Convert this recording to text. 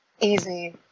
easy